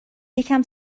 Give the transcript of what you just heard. یکم